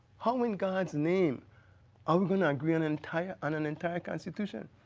how in god's name i'm going to agree on entire and and entire constitution?